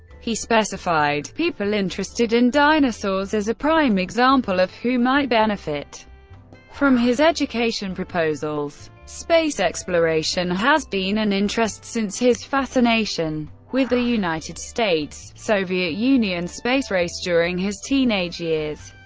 he specified people interested in dinosaurs as a prime example of who might benefit from his education proposals. space exploration has been an interest since his fascination with the united states soviet union space race during his teenage years.